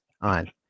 on